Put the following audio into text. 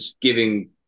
giving